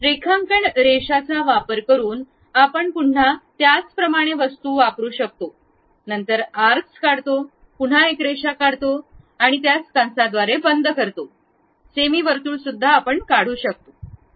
रेखांकन रेषांचा वापर करून आपण पुन्हा त्याच प्रमाणे वस्तू वापरु शकतो नंतर आर्क्स काढतो पुन्हा एक रेषा काढतो आणि त्यास कंस द्वारे बंद करतो सेमी वर्तुळ आपण हे करू शकतो